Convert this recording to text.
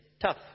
tough